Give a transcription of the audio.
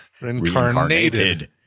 Reincarnated